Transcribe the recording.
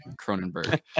Cronenberg